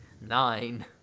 Nine